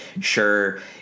sure